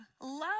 love